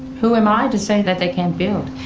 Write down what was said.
who am i to say that they can't build?